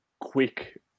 quick